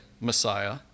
messiah